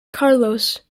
carlos